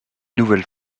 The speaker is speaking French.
nouvelle